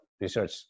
research